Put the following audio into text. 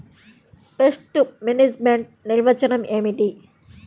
Pest management నిర్వచనం ఏమిటి?